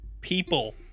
people